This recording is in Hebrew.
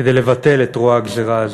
כדי לבטל את רוע הגזירה הזו.